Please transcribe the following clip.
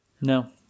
No